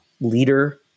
leader